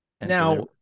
Now